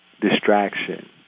distraction